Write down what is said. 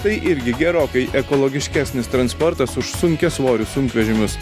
tai irgi gerokai ekologiškesnis transportas už sunkiasvorių sunkvežimius